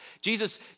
Jesus